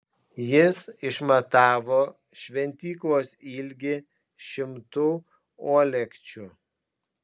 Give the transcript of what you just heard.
jis išmatavo šventyklos ilgį šimtu uolekčių